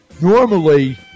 normally